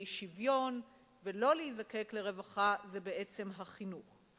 באי-שוויון, ולא להיזקק לרווחה, היא בעצם החינוך.